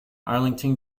arlington